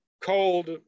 cold